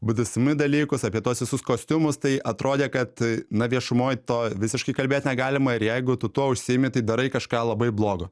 bdsm dalykus apie tuos visus kostiumus tai atrodė kad na viešumoj to visiškai kalbėt negalima ir jeigu tu tuo užsiimi tai darai kažką labai blogo